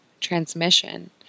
transmission